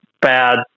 bad